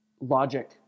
logic